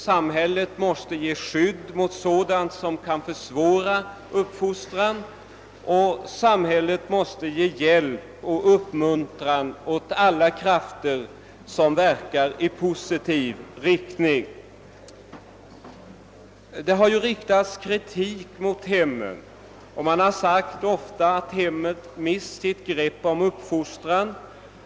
Samhället måste ge skydd mot sådant som kan försvåra uppfostran liksom det måste ge hjälp och uppmuntran åt alla krafter som verkar i positiv riktning. Det har riktats kritik mot hemmet, och man har sagt att det har mist sitt grepp om uppfostran.